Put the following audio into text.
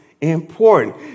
important